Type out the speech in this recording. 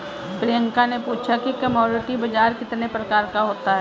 प्रियंका ने पूछा कि कमोडिटी बाजार कितने प्रकार का होता है?